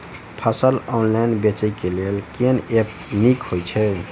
फसल ऑनलाइन बेचै केँ लेल केँ ऐप नीक होइ छै?